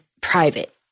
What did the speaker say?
private